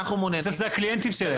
בסוף זה הקליינטים שלהם.